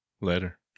Later